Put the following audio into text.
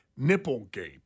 Nipplegate